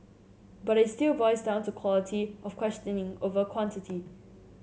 but it still boils down to quality of questioning over quantity